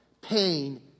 Pain